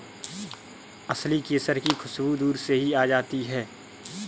असली केसर की खुशबू दूर से ही आ जाती है